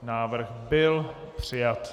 Návrh byl přijat.